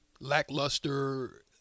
lackluster